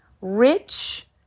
rich